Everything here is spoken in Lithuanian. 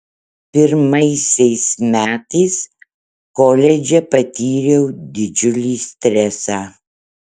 pirmaisiais metais koledže patyriau didžiulį stresą